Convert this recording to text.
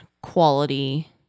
quality